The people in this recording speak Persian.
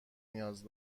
نیاز